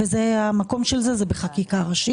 המקום של זה הוא בחקיקה ראשית.